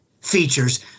features